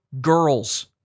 girls